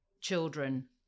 children